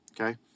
Okay